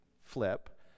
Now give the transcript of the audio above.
flip